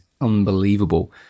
unbelievable